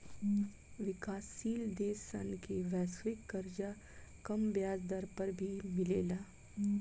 विकाशसील देश सन के वैश्विक कर्जा कम ब्याज दर पर भी मिलेला